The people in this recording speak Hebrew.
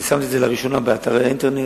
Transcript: אני שם את זה לראשונה באתרי האינטרנט,